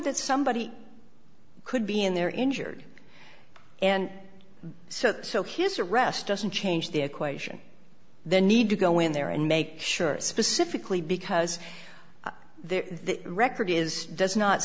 that somebody could be in there injured and so so his arrest doesn't change the equation the need to go in there and make sure specifically because they're the record is does not